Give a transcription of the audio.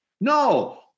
No